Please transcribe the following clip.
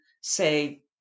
say